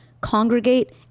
congregate